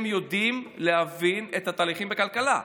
שהם יודעים להבין את התהליכים בכלכלה.